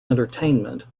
entertainment